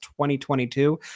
2022